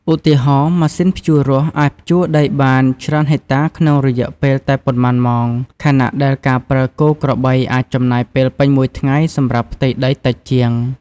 ឧទាហរណ៍ ម៉ាស៊ីនភ្ជួររាស់អាចភ្ជួរដីបានច្រើនហិកតាក្នុងរយៈពេលតែប៉ុន្មានម៉ោង ខណៈដែលការប្រើគោក្របីអាចចំណាយពេលពេញមួយថ្ងៃសម្រាប់ផ្ទៃដីតិចជាង។